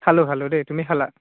খালো খালো দেই তুমি খালা